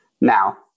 Now